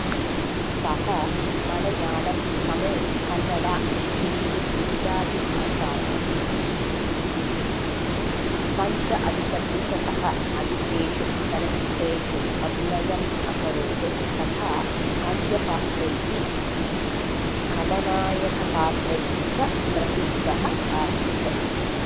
सः मळयाळं तमिळ् कन्नडा तेलुगु इत्यादिभाषासु पञ्च अधिकद्विशतः अधिकेषु चलच्चित्रेषु अभिनयम् अकरोत् तथा हास्यपात्रैः कलनायकपात्रैः च प्रसिद्धः आसीत्